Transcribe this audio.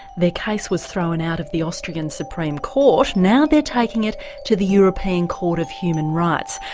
their case was thrown out of the austrian supreme court, now they're taking it to the european court of human rights.